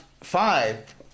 five